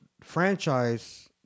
franchise